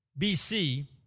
BC